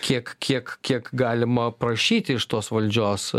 tiek kiek kiek galima prašyti iš tos valdžios